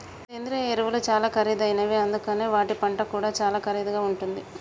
సేంద్రియ ఎరువులు చాలా ఖరీదైనవి అందుకనే వాటి పంట కూడా చాలా ఖరీదుగా ఉంటుంది